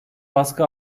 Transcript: baskı